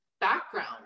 background